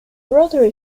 rotary